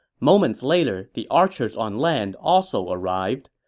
moments later, the archers on land also arrived.